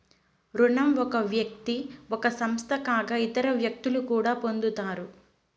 రుణం ఒక వ్యక్తి ఒక సంస్థ కాక ఇతర వ్యక్తులు కూడా పొందుతారు